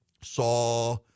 saw